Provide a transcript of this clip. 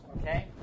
okay